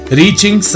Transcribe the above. reaching